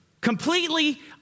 Completely